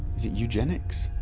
eugenics?